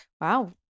Wow